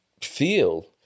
feel